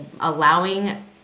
allowing